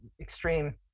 extreme